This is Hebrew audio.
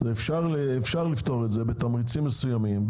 אפשר לפתור את זה בתמריצים מסוימים.